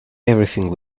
everything